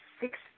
six